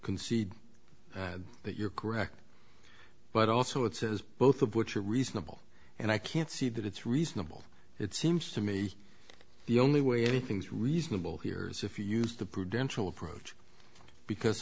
concede that you're correct but also it says both of which are reasonable and i can't see that it's reasonable it seems to me the only way anything's reasonable hears if you used the prudential approach because